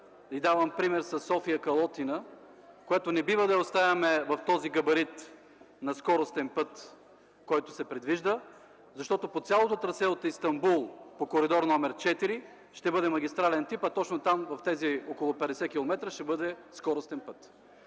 Давам пример със София - Калотина, който не бива да оставяме в този габарит на скоростен път, който се предвижда, защото по цялото трасе от Истанбул по Коридор № 4 ще бъде магистрален тип, а точно там, в тези около 50 км, ще бъде скоростен път.